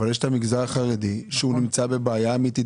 אבל יש את המגזר החרדי שנמצא בבעיה אמיתית